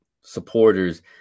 supporters